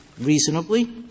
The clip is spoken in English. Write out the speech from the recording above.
reasonably